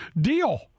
deal